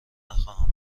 نخواهند